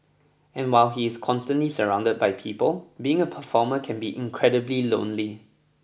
and while he is constantly surrounded by people being a performer can be incredibly lonely